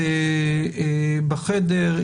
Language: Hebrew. הערות פתיחה.